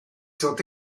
sont